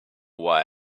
why